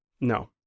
No